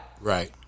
Right